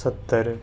सत्तर